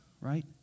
Right